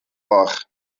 gloch